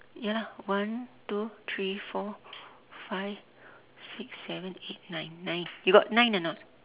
ya lah one two three four five six seven eight nine nine you got nine or not